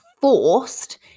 forced